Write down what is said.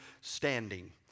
standing